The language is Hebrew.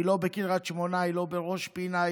היא לא בקריית שמונה, היא לא בראש פינה.